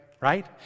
Right